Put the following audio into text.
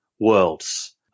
worlds